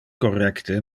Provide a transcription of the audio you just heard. correcte